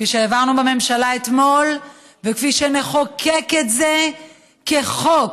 כפי שהעברנו בממשלה אתמול וכפי שנחוקק את זה כחוק